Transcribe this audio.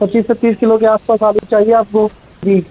पच्चीस से तीस किलो के आस पास आलू चाहिए आपको जी